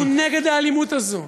אנחנו נגד האלימות הזאת.